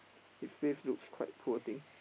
his face looks quite poor thing